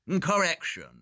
Correction